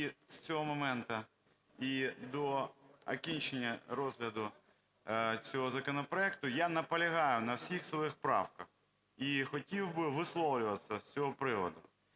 і з цього моменту, і до закінчення розгляду цього законопроекту я наполягаю на всіх своїх правках. І хотів би висловлюватися з цього приводу.